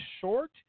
short